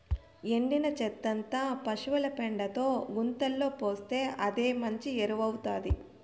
ఎండిన చెత్తంతా పశుల పెండతో గుంతలో పోస్తే అదే మంచి ఎరువౌతాది